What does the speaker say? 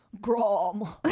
Grom